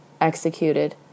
executed